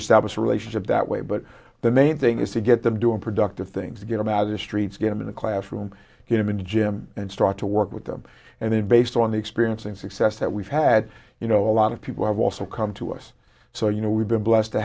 a relationship that way but the main thing is to get them doing productive things get him out of the streets get him in the classroom get him in the gym and start to work with them and then based on the experience and success that we've had you know a lot of people have also come to us so you know we've been blessed to